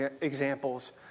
examples